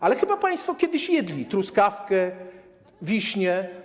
Ale chyba państwo kiedyś jedli truskawki, wiśnie.